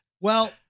Well-